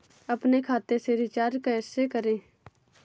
अपने खाते से रिचार्ज कैसे करें?